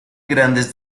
grandes